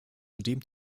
zudem